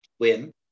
Win